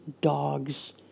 dogs